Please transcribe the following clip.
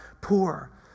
poor